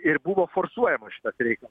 ir buvo forsuojamas šitas reikal